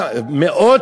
מה זה קשור?